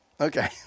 Okay